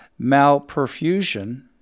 malperfusion